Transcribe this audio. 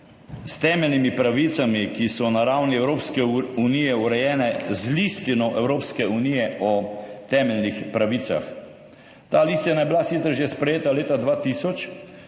s temeljnimi pravicami, ki so na ravni Evropske unije urejene z Listino Evropske unije o temeljnih pravicah. Ta listina je bila sicer že sprejeta leta 2000,